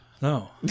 No